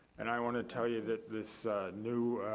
and i wanna tell you that this new